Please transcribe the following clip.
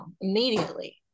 immediately